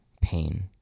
pain